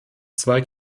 zwei